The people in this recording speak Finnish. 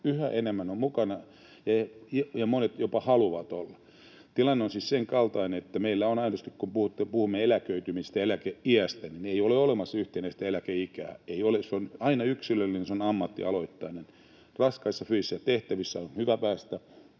yhä enemmän on mukana, ja monet jopa haluavat olla. Tilanne on siis aidosti senkaltainen, että vaikka puhumme eläköitymisestä ja eläkeiästä, niin ei ole olemassa yhtenäistä eläkeikää. Ei ole. Se on aina yksilöllinen, ja se on ammattialoittainen. Raskaissa fyysisissä tehtävissä on hyvä päästä